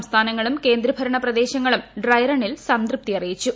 സംസ്ഥാനങ്ങളും കേന്ദ്രഭരണ പ്രദേശങ്ങളും ഡ്രൈറണ്ണിൽ സംതൃപ്തി അറിയിച്ചു